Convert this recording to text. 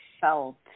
felt